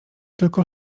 tylko